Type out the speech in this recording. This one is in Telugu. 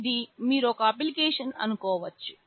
ఇది మీరు ఒక అప్లికేషన్ అనుకోవచ్చు